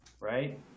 right